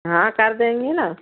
हाँ कर देंगे ना